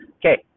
Okay